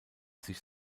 sich